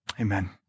Amen